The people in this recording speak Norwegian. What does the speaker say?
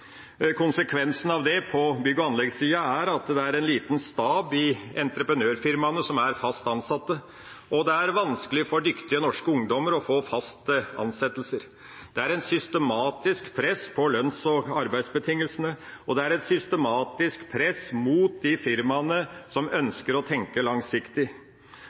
Konsekvensen av det på bygg- og anleggssida er at det er en liten stab i entreprenørfirmaene som er fast ansatt, og det er vanskelig for dyktige norske ungdommer å få fast ansettelse. Det er et systematisk press på lønns- og arbeidsbetingelsene, og det er et systematisk press mot de firmaene som ønsker å tenke langsiktig.